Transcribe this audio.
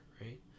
right